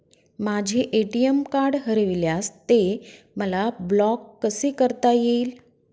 माझे ATM card हरविल्यास ते मला ब्लॉक कसे करता येईल?